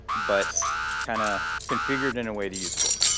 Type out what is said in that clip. but kind of configured in a way to use tor.